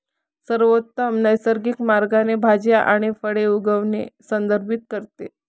सर्वोत्तम नैसर्गिक मार्गाने भाज्या आणि फळे उगवणे संदर्भित करते